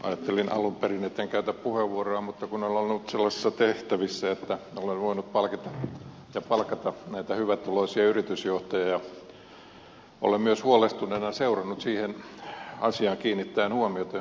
ajattelin alun perin etten käytä puheenvuoroa mutta kun olen ollut sellaisissa tehtävissä että olen voinut palkata näitä hyvätuloisia yritysjohtajia olen myös huolestuneena seurannut ja kiinnittänyt huomiota siihen asiaan johon edustaja zyskowiczkin